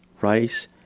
rice